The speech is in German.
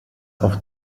auf